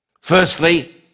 Firstly